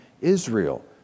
Israel